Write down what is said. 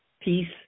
Peace